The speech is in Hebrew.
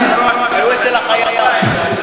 היו אצל החייט.